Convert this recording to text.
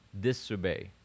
disobey